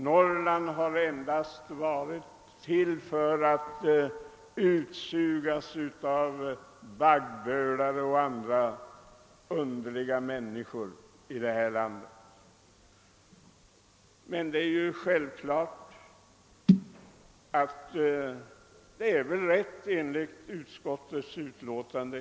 Norrland har varit till endast för att kunna utsugas av baggbölare och andra underliga människor i det här landet. — Men det är tydligt att detta är rätt, enligt utskottets utlåtande.